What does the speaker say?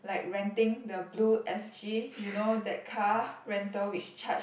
like renting the Blue S_G you know that car rental which charge